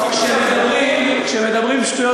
אני קורא אותך פעם ראשונה,